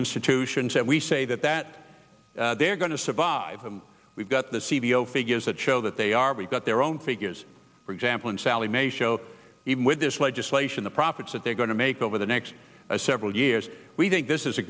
institutions that we say that that they're going to survive and we've got the c d o figures that show that they are we've got their own figures for example in sallie mae show even with this legislation the profits that they're going to make over the next several years we think this is a